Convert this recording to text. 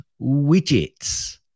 widgets